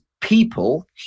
people